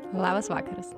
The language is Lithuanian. labas vakaras